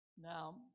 Now